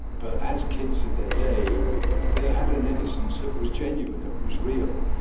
but as kids of their day they had an innocence that was genuine it was real.